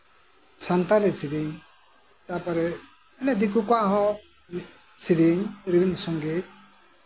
ᱥᱟᱱᱛᱟᱞᱤ ᱥᱮᱨᱮᱧ ᱢᱟᱱᱮ ᱫᱤᱠᱩ ᱠᱚᱣᱟᱜ ᱦᱚᱸ ᱥᱮᱨᱮᱧ ᱨᱚᱵᱤᱱᱫᱽᱨᱚ ᱥᱚᱝᱜᱤᱛ